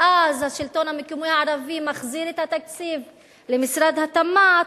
ואז השלטון המקומי הערבי מחזיר את התקציב למשרד התמ"ת,